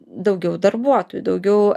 daugiau darbuotojų daugiau